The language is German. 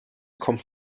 kommt